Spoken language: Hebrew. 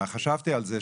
חשבתי על זה,